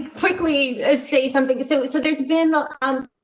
quickly say something so so there's been a. um